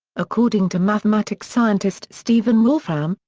according to mathematics scientist stephen wolfram,